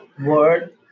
word